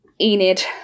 Enid